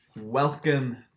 Welcome